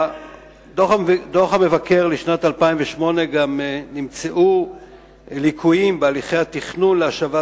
בדוח המבקר לשנת 2008 נמצאו ליקויים בהליכי התכנון להשבת